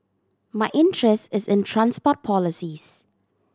my interest is in transport policies